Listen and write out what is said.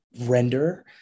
Render